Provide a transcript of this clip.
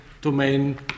domain